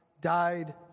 died